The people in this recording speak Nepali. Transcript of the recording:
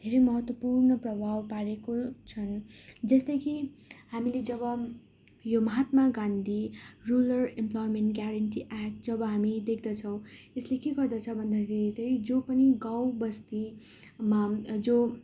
धेरै महत्त्वपूर्ण प्रभाव पारेको छन् जस्तै कि हामीले जब यो Mahatma Gandhi rural employment guarantee act जब हामी देख्दछौँ यसले के गर्दछ भन्दाखेरि त्यही जो पनि गाउँबस्तीमा जो